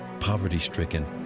poverty-stricken,